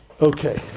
Okay